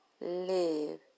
live